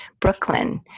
Brooklyn